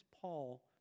Paul